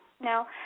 No